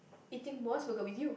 eating Mos Burger with you